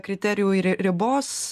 kriterijų ir ribos